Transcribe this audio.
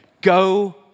Go